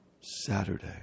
Saturday